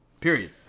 Period